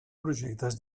projectes